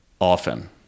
often